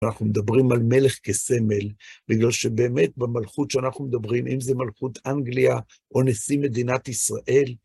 אנחנו מדברים על מלך כסמל, בגלל שבאמת במלכות שאנחנו מדברים, אם זה מלכות אנגליה או נשיא מדינת ישראל,